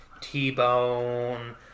T-bone